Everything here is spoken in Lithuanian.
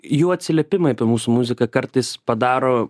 jų atsiliepimai apie mūsų muziką kartais padaro